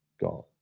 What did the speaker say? God